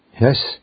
Yes